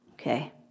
Okay